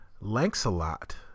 Lancelot